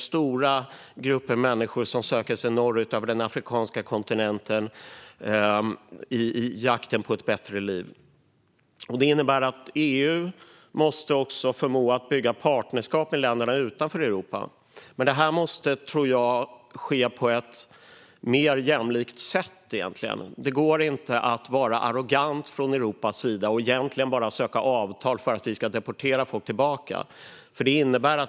Stora grupper av människor söker sig norrut över den afrikanska kontinenten i jakten på ett bättre liv. Det innebär att EU måste förmå att bygga partnerskap med länderna utanför Europa. Men det måste, tror jag, ske på ett mer jämlikt sätt. Det går inte att vara arrogant från Europas sida och söka avtal bara för att vi ska få deportera folk tillbaka.